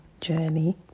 journey